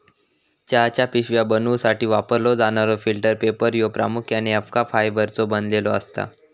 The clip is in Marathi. चहाच्या पिशव्या बनवूसाठी वापरलो जाणारो फिल्टर पेपर ह्यो प्रामुख्याने अबका फायबरचो बनलेलो असता